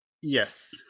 Yes